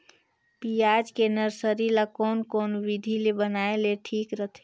पियाज के नर्सरी ला कोन कोन विधि ले बनाय ले ठीक रथे?